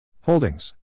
Holdings